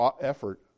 effort